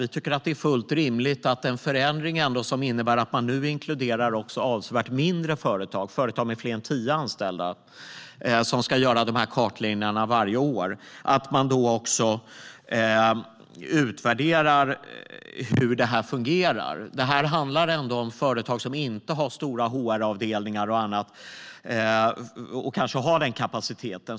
Vi tycker att det är fullt rimligt att en förändring som innebär att man inkluderar också avsevärt mindre företag, att företag med fler än tio anställda ska göra de här kartläggningarna varje år, ska utvärderas. Det handlar ändå om företag som inte har stora HR-avdelningar och annat och som kanske inte har den kapaciteten.